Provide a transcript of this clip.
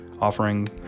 offering